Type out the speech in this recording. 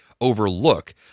overlook